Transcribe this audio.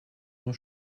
nur